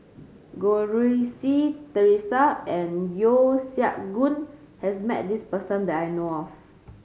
Goh Rui Si Theresa and Yeo Siak Goon has met this person that I know of